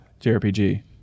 JRPG